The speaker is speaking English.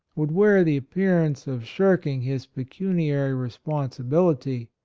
would wear the appearance of shirking his pecuniary responsi bility,